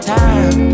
time